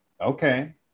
Okay